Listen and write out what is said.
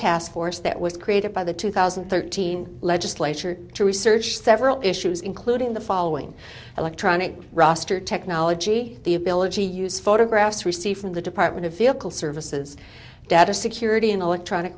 task force that was created by the two thousand and thirteen legislature to research several issues including the following electronic roster technology the ability use photographs receive from the department of vehicle services data security and electronic